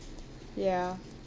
ya